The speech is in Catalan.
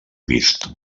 vist